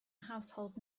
household